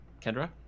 Kendra